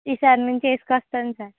ఈసారి నుంచి వేసుకొస్తాను సార్